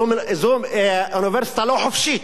זו אוניברסיטה לא חופשית,